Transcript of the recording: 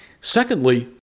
Secondly